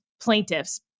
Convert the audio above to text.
plaintiffs